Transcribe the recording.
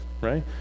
right